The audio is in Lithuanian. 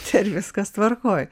čia ir viskas tvarkoj